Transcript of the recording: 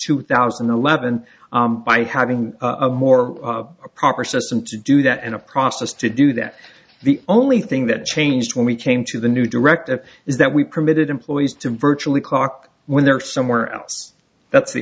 two thousand and eleven by having a more proper system to do that and a process to do that the only thing that changed when we came to the new directive is that we permitted employees to virtually clock when they're somewhere else that's the